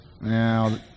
Now